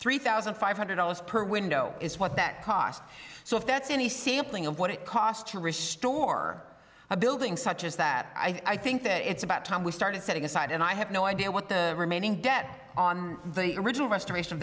three thousand five hundred dollars per window is what that cost so if that's any sampling of what it cost to restore a building such as that i think that it's about time we started setting aside and i have no idea what the remaining debt on the original restoration of